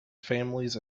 families